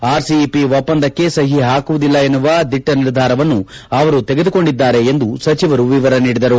RCEP ಒಪ್ಪಂದಕ್ಕೆ ಸಹಿ ಹಾಕುವುದಿಲ್ಲ ಎನ್ನುವ ದಿಟ್ಟ ನಿರ್ಧಾರವನ್ನು ಅವರು ತೆಗೆದುಕೊಂಡಿದ್ದಾರೆ ಎಂದು ಸಚಿವರು ವಿವರ ನೀಡಿದರು